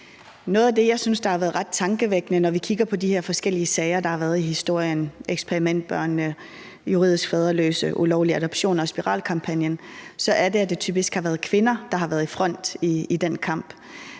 Noget af det, jeg synes, der har været ret tankevækkende, når vi kigger på de her forskellige sager, der har været i historien – eksperimentbørnene, de juridisk faderløse, de ulovlige adoptioner og spiralkampagnen – er det med, at det typisk har været kvinder, der har været i front i den kamp.